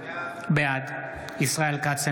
בעד ישראל כץ,